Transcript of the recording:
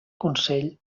consell